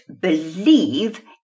believe